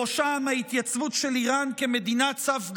בראשם ההתייצבות של איראן כמדינת סף גרעינית,